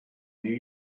new